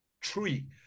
tree